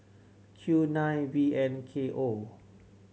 Q nine V N K O